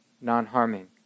non-harming